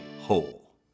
whole